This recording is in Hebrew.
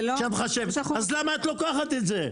אז למה את לוקחת את זה?